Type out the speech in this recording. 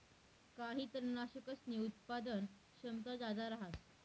काही तननाशकसनी उत्पादन क्षमता जादा रहास